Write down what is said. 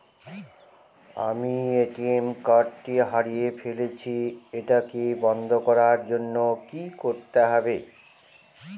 আমি ATM card টি হারিয়ে ফেলেছি এটাকে বন্ধ করার জন্য কি করতে হবে?